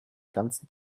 ganzen